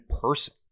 person